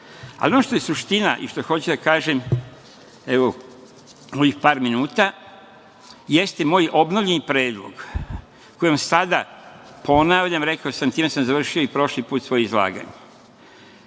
vrsta. Ono što je suština i što hoću da kažem u ovih par minuta jeste moj obnovljeni predlog koji vam sada ponavljam, rekao sam i time sam završio i prošli put svoje izlaganje.